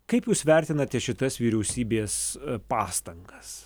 kaip jūs vertinate šitas vyriausybės pastangas